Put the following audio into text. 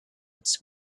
its